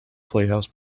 playhouse